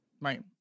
right